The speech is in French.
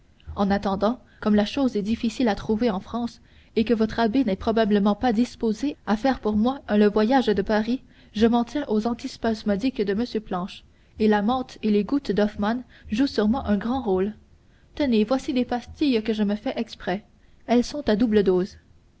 en attendant comme la chose est difficile à trouver en france et que votre abbé n'est probablement pas disposé à faire pour moi le voyage de paris je m'en tiens aux antispasmodiques de m planche et la menthe et les gouttes d'hoffmann jouent chez moi un grand rôle tenez voici des pastilles que je me fais faire exprès elles sont à double